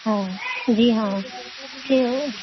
ہاں جی ہاں کیوں